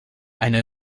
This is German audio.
eine